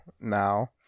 now